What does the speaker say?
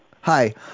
Hi